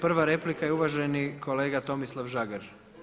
Prva replika je uvaženi kolega Tomislav Žagar.